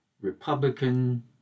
Republican